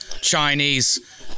Chinese